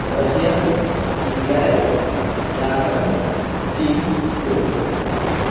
Russia Israel Japan चिन Korea